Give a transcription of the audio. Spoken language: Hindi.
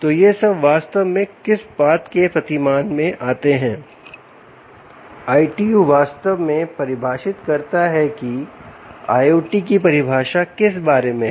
तो यह सब वास्तव में किस बात के प्रतिमान में आते हैं ITU वास्तव में परिभाषित करता है कि IOT की परिभाषा किस बारे में है